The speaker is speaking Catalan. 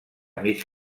mig